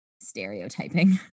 stereotyping